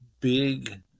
big